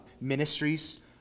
ministries